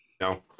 no